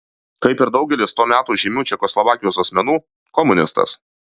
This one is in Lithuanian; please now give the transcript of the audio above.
kaip ir daugelis to meto žymių čekoslovakijos asmenų komunistas